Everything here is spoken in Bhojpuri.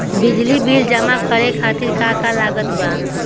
बिजली बिल जमा करे खातिर का का लागत बा?